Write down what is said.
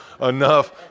enough